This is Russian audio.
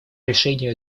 решению